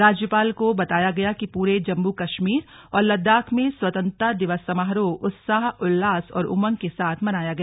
राज्यपाल को बताया गया कि पूरे जम्मू कश्मीर और लद्दाख में स्वतंत्रता दिवस समारोह उत्साह उल्लास और उमंग के साथ मनाया गया